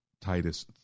Titus